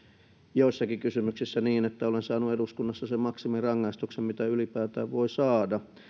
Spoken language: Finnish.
joissakin kysymyksissä niin että olen saanut eduskunnassa sen maksimirangaistuksen mitä ylipäätään voi saada